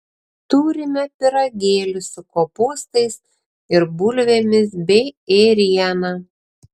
turime pyragėlių su kopūstais ir bulvėmis bei ėriena